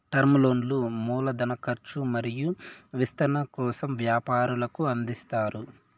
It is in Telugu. టర్మ్ లోన్లు మూల ధన కర్చు మరియు విస్తరణ కోసం వ్యాపారులకు అందిస్తారు